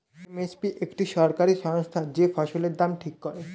M S P একটি সরকারি সংস্থা যে ফসলের দাম ঠিক করে